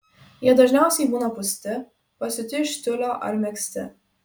jie dažniausiai būna pūsti pasiūti iš tiulio ar megzti